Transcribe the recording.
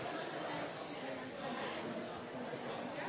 Jensen.